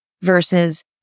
versus